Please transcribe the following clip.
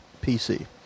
pc